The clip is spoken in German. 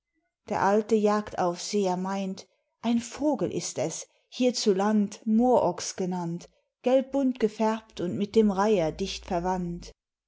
der alte jagdaufseher meint ein vogel ist es hierzuland moorochs genannt gelbbunt gefärbt und mit dem reiher dicht verwandt